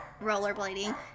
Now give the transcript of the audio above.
rollerblading